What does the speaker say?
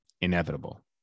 inevitable